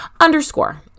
underscore